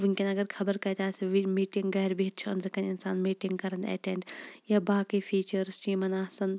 وُنکیٚن اَگَر خَبَر کَتہِ آسہِ ونگ میٖٹِنٛگ گَرِ بِہِتھ چھِ أنٛدرٕکَنہِ اِنسان میٖٹِنٛگ کَران ایٚٚٹینڈ یا باقٕے فیٖچرس چھِ یِمَن آسان